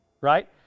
Right